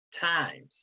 times